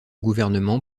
gouvernement